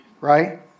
right